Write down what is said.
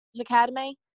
Academy